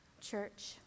Church